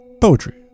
poetry